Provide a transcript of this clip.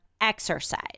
exercise